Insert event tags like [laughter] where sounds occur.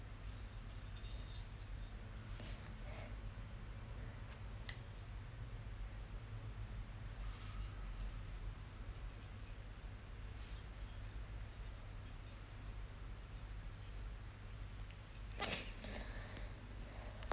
[breath]